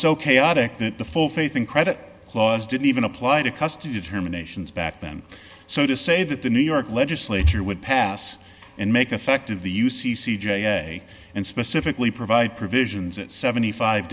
so chaotic that the full faith and credit clause didn't even apply to custody terminations back then so to say that the new york legislature would pass and make affect of the u c c j and specifically provide provisions at seventy five